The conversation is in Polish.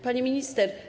Pani Minister!